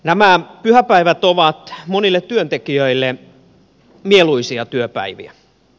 nämä pyhäpäivät ovat monille työntekijöille mieluisia työpäiviä